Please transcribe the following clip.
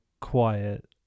quiet